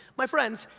my friends,